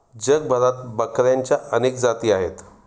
जगभरात बकऱ्यांच्या अनेक जाती आहेत